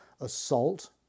assault